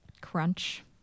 crunch